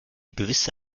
gewisse